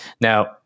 Now